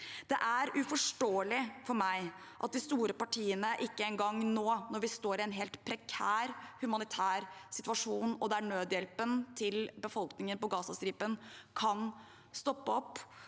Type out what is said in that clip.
Det er uforståelig for meg at de store partiene ikke engang nå – når vi står i en helt prekær humanitær situasjon og nødhjelpen til befolkningen på Gazastripen kan stoppe opp